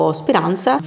speranza